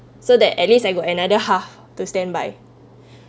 so that at least I got another half to standby